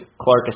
Clark